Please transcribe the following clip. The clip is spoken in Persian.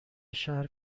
شهر